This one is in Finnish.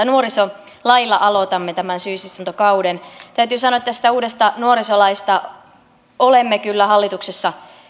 nuorisolailla aloitamme tämän syysistuntokauden täytyy sanoa että tästä uudesta nuorisolaista olemme kyllä hallituksessa